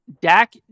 Dak